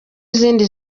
izindi